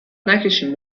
نکشین